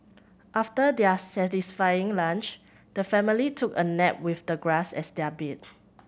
after their satisfying lunch the family took a nap with the grass as their bed